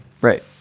right